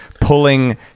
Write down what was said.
pulling